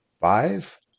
Five